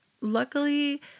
luckily